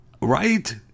right